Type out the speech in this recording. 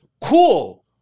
Cool